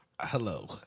hello